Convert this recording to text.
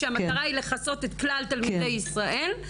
כשהמטרה היא לכסות את כלל תלמידי ישראל.